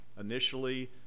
initially